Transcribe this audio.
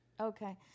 Okay